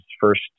first